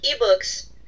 eBooks